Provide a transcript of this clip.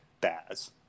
Baz